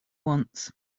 wants